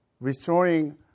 restoring